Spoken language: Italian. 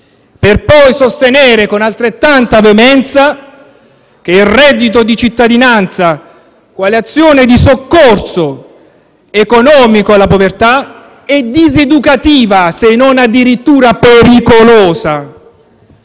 per poi sostenere con altrettanta veemenza che il reddito di cittadinanza quale azione di soccorso economico alla povertà è diseducativa, se non addirittura pericolosa,